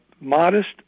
Modest